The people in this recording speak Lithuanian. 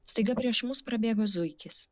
staiga prieš mus prabėgo zuikis